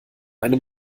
einem